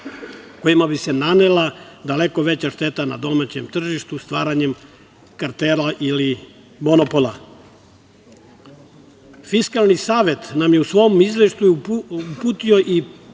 kojima bi se nanela daleko veća šteta na domaćem tržištu stvaranjem kartela ili monopola. Fiskalni savet nam je u svom izveštaju uputio i ponovio